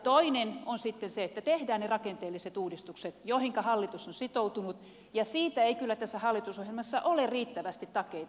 toinen on sitten se että tehdään ne rakenteelliset uudistukset joihinka hallitus on sitoutunut ja siitä ei kyllä tässä hallitusohjelmassa ole riittävästi takeita